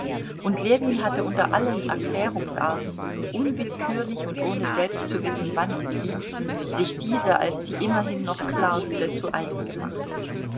und ljewin hatte unter allen erklärungsarten unwillkürlich und ohne selbst zu wissen wann und wie sich diese als die immerhin noch klarste zu eigen gemacht